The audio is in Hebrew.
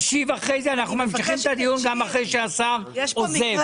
נמשיך את הדיון גם אחרי שהשר יעזוב.